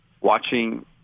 watching –